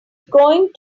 going